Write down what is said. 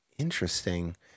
Interesting